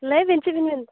ᱞᱟᱹᱭ ᱵᱮᱱ ᱪᱮᱫ ᱵᱮᱱ ᱢᱮᱱᱮᱫᱟ